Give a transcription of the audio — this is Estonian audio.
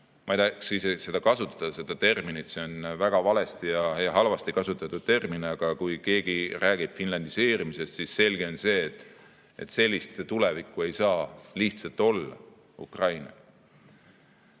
Ma ei tahaks isegi kasutada seda terminit, see on väga valesti ja halvasti kasutatud termin, aga kui keegi räägib finlandiseerimisest, siis selge on see, et sellist tulevikku ei saa Ukrainal lihtsalt olla. Ukraina